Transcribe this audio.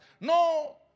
No